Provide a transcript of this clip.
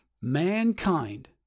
Mankind